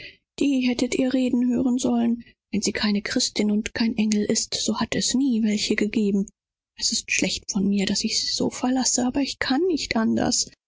ihr hättet sie sprechen hören sollen wenn sie keine christin und kein engel ist so hat es nie einen gegeben ich bin ein schlechtes weib daß ich sie so verlasse aber ich kann nicht anders